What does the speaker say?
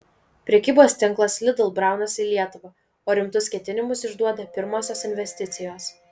prekybos tinklas lidl braunasi į lietuvą o rimtus ketinimus išduoda pirmosios investicijos